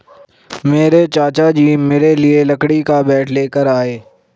मेरे चाचा जी मेरे लिए लकड़ी का बैट लेकर आए